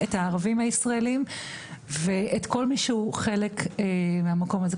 את הערבים הישראלים ואת כל מי שהוא חלק מן המקום הזה.